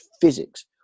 physics